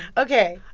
ok.